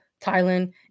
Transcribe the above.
Thailand